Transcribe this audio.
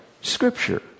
Scripture